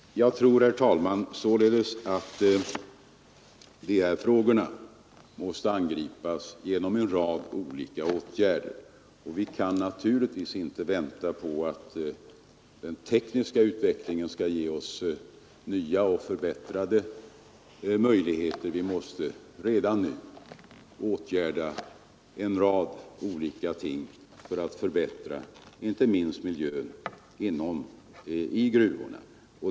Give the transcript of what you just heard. Jag tror, herr talman, således att de här frågorna måste angripas genom en rad åtgärder, och vi kan naturligtvis inte bara vänta på att den tekniska utvecklingen skall ge oss nya och förbättrade möjligheter, Vi måste redan nu åtgärda en rad olika ting för att förbättra inte minst miljön i gruvorna.